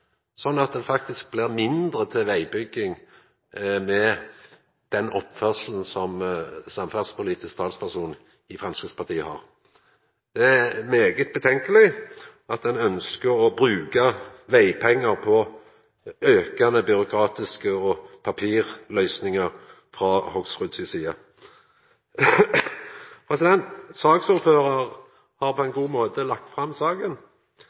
at det faktisk blir mindre til vegbygging med den oppførselen som samferdselspolitisk talsperson i Framstegspartiet har. Det er urovekkjande at ein frå Hoksrud si side ønskjer å bruka vegpengar på aukande byråkrati og